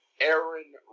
Aaron